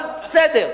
בסדר.